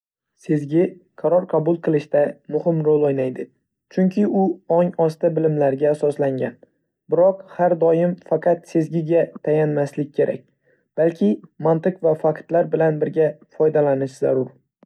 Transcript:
Sezgi qaror qabul qilishda muhim rol o‘ynaydi, chunki u ong osti bilimlarga asoslangan. Biroq, har doim faqat sezgiga tayanmaslik kerak, balki mantiq va faktlar bilan birga foydalanish zarur.